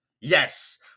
yes